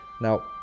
Now